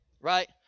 right